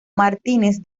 martínez